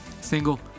single